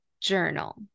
journal